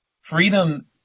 freedom